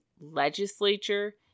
legislature